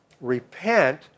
repent